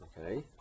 okay